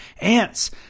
Ants